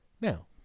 Now